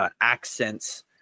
accents